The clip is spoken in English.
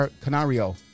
Canario